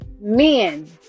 men